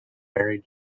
married